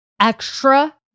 extra